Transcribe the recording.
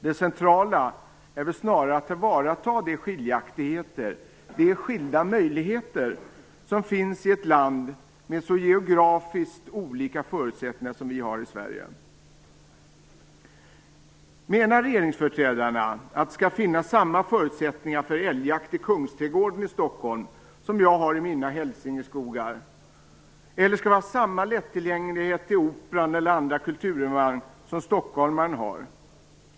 Det centrala är väl snarare att tillvarata de skiljaktigheter - de skilda möjligheter - som finns i ett land med så geografiskt olika förutsättningar som vi har i Sverige. Menar regeringsföreträdarna att det skall finnas samma förutsättningar för älgjakt i Kungsträdgården i Stockholm som jag har i mina hälsingeskogar? Eller skall vi ha samma lättillgänglighet till Operan eller andra kulturevenemang som stockholmaren har?